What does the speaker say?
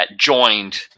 joined